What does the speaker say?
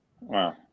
wow